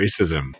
racism